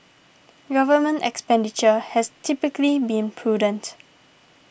government expenditure has typically been prudent